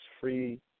free